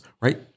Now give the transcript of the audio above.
Right